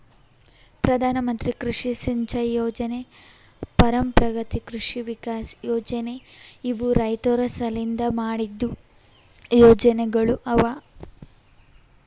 ಪ್ರಧಾನ ಮಂತ್ರಿ ಕೃಷಿ ಸಿಂಚೈ ಯೊಜನೆ, ಪರಂಪ್ರಗತಿ ಕೃಷಿ ವಿಕಾಸ್ ಯೊಜನೆ ಇವು ರೈತುರ್ ಸಲೆಂದ್ ಮಾಡಿದ್ದು ಯೊಜನೆಗೊಳ್ ಅವಾ